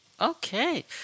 Okay